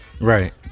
Right